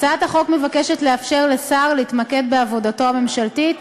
הצעת החוק מבקשת לאפשר לשר להתמקד בעבודתו הממשלתית,